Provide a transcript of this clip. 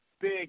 Big